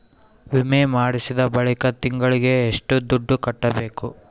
ವಿಮೆ ಮಾಡಿಸಿದ ಬಳಿಕ ತಿಂಗಳಿಗೆ ಎಷ್ಟು ದುಡ್ಡು ಕಟ್ಟಬೇಕು?